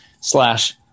slash